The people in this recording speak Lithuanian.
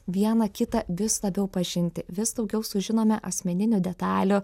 viena kitą vis labiau pažinti vis daugiau sužinome asmeninių detalių